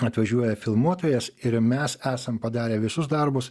atvažiuoja filmuotojas ir mes esam padarę visus darbus